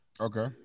Okay